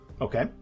Okay